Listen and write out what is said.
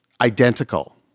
identical